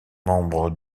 membres